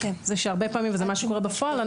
וזה מה שקורה בפועל,